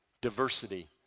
diversity